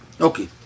Okay